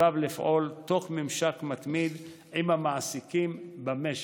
עליו לפעול תוך ממשק מתמיד עם המעסיקים במשק,